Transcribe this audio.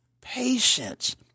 patience